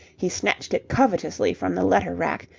he snatched it covetously from the letter-rack,